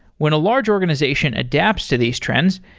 when a large organization adapts to these trends,